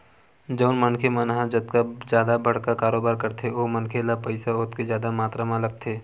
जउन मनखे मन ह जतका जादा बड़का कारोबार करथे ओ मनखे ल पइसा ओतके जादा मातरा म लगथे